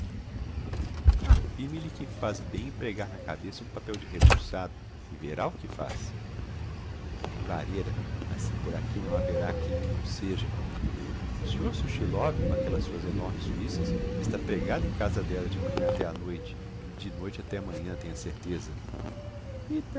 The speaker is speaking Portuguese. affirme lhe que faz bem em pregar na cabeça um papel de rebuçado e verá que o faz é linguareira mas se por aqui não haverá quem o não seja o senhor suchilov com aquellas suas enormes suissas está pregado em casa della de manhã até á noite e de noite até manhã tenho a certeza